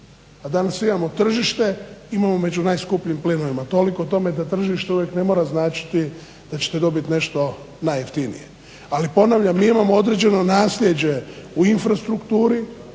A danas imamo tržište, imamo među najskupljijim plinovima. Toliko o tome da tržište upravo ne mora značiti da ćete dobiti nešto najjeftinije, ali ponavljam mi imamo određeno nasljeđe u infrastrukturi